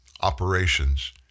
operations